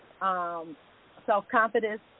self-confidence